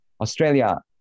Australia